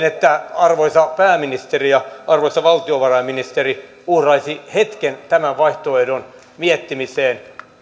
että arvoisa pääministeri ja arvoisa valtiovarainministeri uhraisivat hetken tämän vaihtoehdon miettimiseen